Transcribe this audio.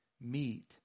meet